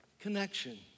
connection